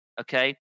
okay